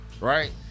right